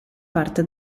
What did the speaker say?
parte